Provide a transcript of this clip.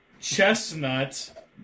chestnut